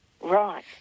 Right